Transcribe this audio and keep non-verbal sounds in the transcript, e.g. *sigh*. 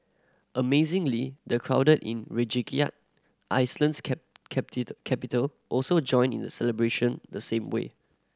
amazingly the crowded in Reykjavik Iceland's *unintelligible* capital also joined in the celebration the same way